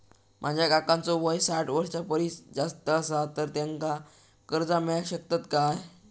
माझ्या काकांचो वय साठ वर्षां परिस जास्त आसा तर त्यांका कर्जा मेळाक शकतय काय?